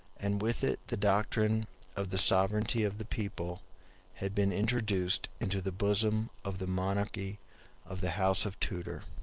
and with it the doctrine of the sovereignty of the people had been introduced into the bosom of the monarchy of the house of tudor.